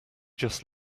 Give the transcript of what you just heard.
just